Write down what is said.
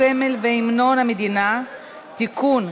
הסמל והמנון המדינה (תיקון,